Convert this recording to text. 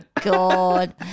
God